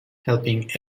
helping